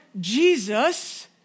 Jesus